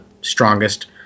Strongest